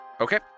Okay